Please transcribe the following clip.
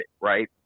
right